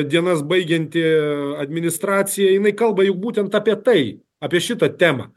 dienas baigianti administracija jinai kalba juk būtent apie tai apie šitą temą